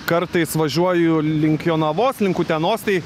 kartais važiuoju link jonavos link utenos tai